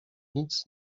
nic